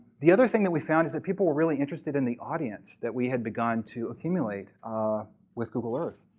the other thing that we found is that people were really interested in the audience that we had begun to accumulate with google earth.